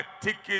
ticket